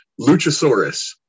Luchasaurus